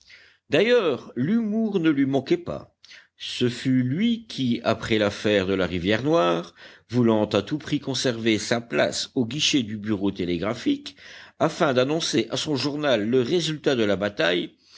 d'ailleurs l'humour ne lui manquait pas ce fut lui qui après l'affaire de la rivière noire voulant à tout prix conserver sa place au guichet du bureau télégraphique afin d'annoncer à son journal le résultat de la bataille